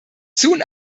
soon